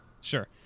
Sure